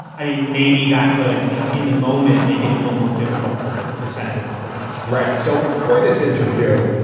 i mean, maybe that could, you know, in the moment make it a little more difficult for for senate republicans right. so before this interview,